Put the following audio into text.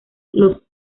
los